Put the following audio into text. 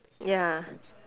ya